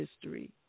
history